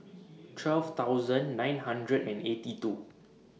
twelve thousand nine hundred and eighty two